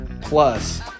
plus